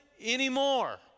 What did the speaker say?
anymore